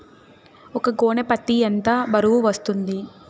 ఒక గోనె పత్తి ఎంత బరువు వస్తుంది?